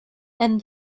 and